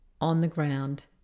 on-the-ground